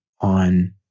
on